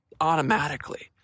automatically